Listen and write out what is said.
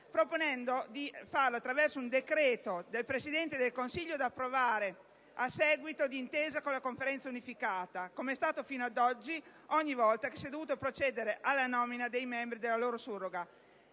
proponendo di farlo attraverso un decreto del Presidente del Consiglio da approvare a seguito di intesa con la Conferenza unificata, com'è stato fino ad oggi ogni volta che si è dovuto procedere alla nomina dei membri ed alla loro surroga.